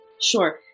Sure